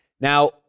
Now